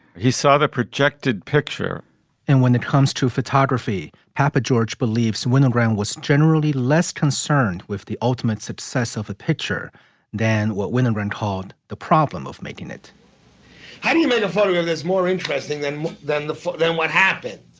he saw the projected picture and when it comes to photography, papageorge believes winogrand was generally less concerned with the ultimate success of a picture than what winogrand called the problem of making it how do you make of all yeah of this more interesting than then? then what happened?